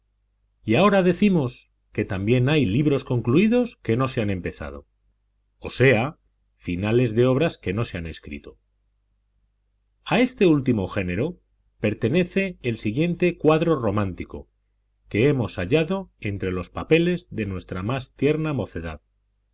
y ahora decimos que también hay libros concluidos que no se han empezado o sea finales de obras que no se han escrito a este último género pertenece el siguiente cuadro romántico que hemos hallado entre los papeles de nuestra más tierna